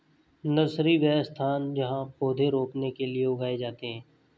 nursery, वह स्थान जहाँ पौधे रोपने के लिए उगाए जाते हैं